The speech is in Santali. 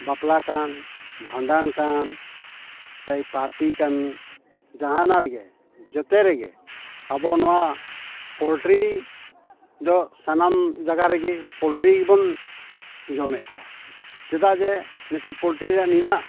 ᱵᱟᱯᱞᱟ ᱠᱟᱱ ᱵᱷᱟᱸᱰᱟᱱ ᱠᱟᱱ ᱯᱟᱴᱤ ᱠᱟᱱ ᱡᱟᱦᱟᱱᱟᱜ ᱨᱮᱜᱮ ᱡᱷᱚᱛᱚ ᱨᱮᱜᱮ ᱟᱵᱚ ᱱᱚᱣᱟ ᱯᱚᱞᱴᱨᱤ ᱫᱚ ᱥᱟᱱᱟᱢ ᱡᱟᱭᱜᱟ ᱨᱮᱜᱮ ᱯᱚᱞᱴᱨᱤ ᱜᱮᱵᱚᱱ ᱡᱚᱢᱮᱫ ᱠᱚᱣᱟ ᱪᱮᱫᱟᱜ ᱡᱮ ᱱᱤᱛᱳᱜ ᱯᱚᱞᱴᱨᱤ ᱨᱮᱱᱟᱜ ᱱᱤᱱᱟᱹᱜ